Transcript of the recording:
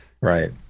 Right